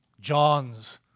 John's